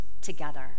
together